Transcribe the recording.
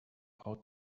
out